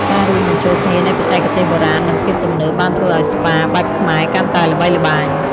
ការរួមបញ្ចូលគ្នានៃបច្ចេកទេសបុរាណ និងភាពទំនើបបានធ្វើឱ្យស្ប៉ាបែបខ្មែរកាន់តែល្បីល្បាញ។